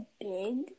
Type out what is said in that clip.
big